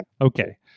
Okay